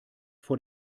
vor